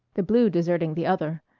the blue deserting the other.